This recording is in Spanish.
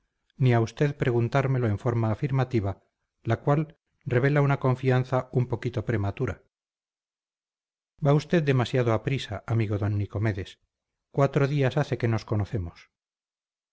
ni a usted preguntármelo en forma afirmativa la cual revela una confianza un poquito prematura va usted demasiado a prisa amigo d nicomedes cuatro días hace que nos conocemos